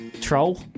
troll